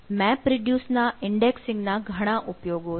map reduce ના indexing ના ઘણા ઉપયોગો છે